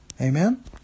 Amen